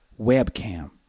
webcam